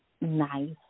nice